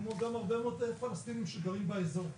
כמו גם הרבה מאוד פלסטינים שגרים באזור.